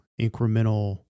incremental